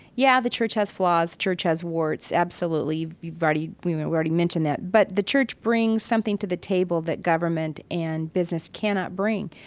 yeah, the church has flaws. church has warts, absolutely. we've already we've already mentioned that. but that church brings something to the table that government and business cannot bring,